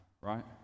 right